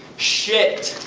shit!